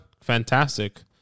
fantastic